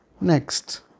Next